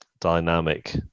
dynamic